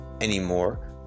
anymore